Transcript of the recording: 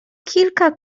kilka